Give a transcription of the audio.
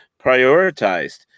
prioritized